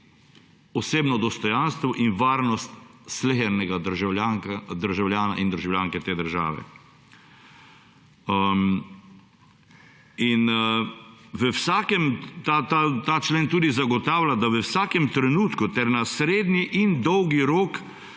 osebno dostojanstvo in varnost slehernega državljana in državljanke te države. Ta člen tudi zagotavlja, da v vsakem trenutku ter na srednji in dolgi rok